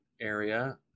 area